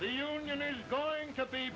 the union is going to be